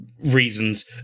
reasons